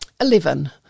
Eleven